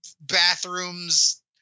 bathrooms